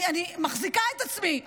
אני מחזיקה את עצמי,